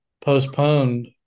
postponed